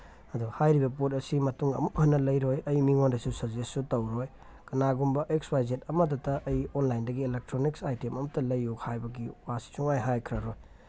ꯑꯗꯣ ꯍꯥꯏꯔꯤꯕ ꯄꯣꯠ ꯑꯁꯤ ꯃꯇꯨꯡ ꯑꯃꯨꯛ ꯍꯟꯅ ꯂꯩꯔꯣꯏ ꯑꯩ ꯃꯤꯉꯣꯟꯗꯁꯨ ꯁꯖꯦꯁꯁꯨ ꯇꯧꯔꯣꯏ ꯀꯅꯥꯒꯨꯝꯕ ꯑꯦꯛꯁ ꯌꯥꯏ ꯖꯦꯠ ꯑꯃꯗꯇ ꯑꯩ ꯑꯣꯟꯂꯥꯏꯟꯗꯒꯤ ꯑꯦꯂꯦꯛꯇ꯭ꯔꯣꯅꯤꯛꯁ ꯑꯥꯏꯇꯦꯝ ꯑꯝꯇ ꯂꯩꯌꯨ ꯍꯥꯏꯕꯒꯤ ꯋꯥꯁꯤ ꯁꯨꯡꯍꯥꯏ ꯍꯥꯏꯈ꯭ꯔꯔꯣꯏ